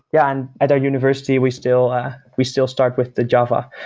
yeah, and at our university we still we still start with the java.